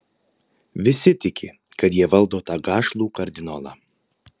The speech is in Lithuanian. visi tiki kad jie valdo tą gašlų kardinolą